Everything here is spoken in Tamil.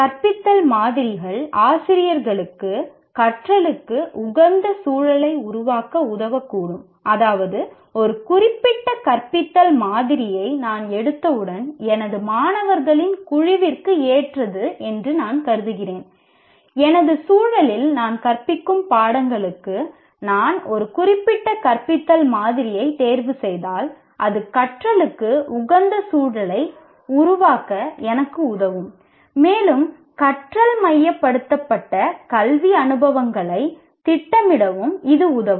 கற்பித்தல் மாதிரிகள் ஆசிரியர்களுக்கு கற்றலுக்கு உகந்த சூழலை உருவாக்க உதவக்கூடும் அதாவது ஒரு குறிப்பிட்ட கற்பித்தல் மாதிரியை நான் எடுத்தவுடன் எனது மாணவர்களின் குழுவிற்கு ஏற்றது என்று நான் கருதுகிறேன் எனது சூழலில் நான் கற்பிக்கும் பாடங்களுக்கு நான் ஒரு குறிப்பிட்ட கற்பித்தல் மாதிரியைத் தேர்வுசெய்தால் அது கற்றலுக்கு உகந்த சூழலை உருவாக்க எனக்கு உதவும் மேலும் கற்றல் மையப்படுத்தப்பட்ட கல்வி அனுபவங்களைத் திட்டமிடவும் இது உதவும்